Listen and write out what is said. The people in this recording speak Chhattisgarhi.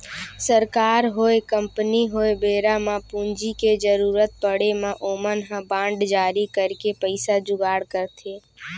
सरकार होय, कंपनी होय बेरा म पूंजी के जरुरत पड़े म ओमन ह बांड जारी करके पइसा जुगाड़ करथे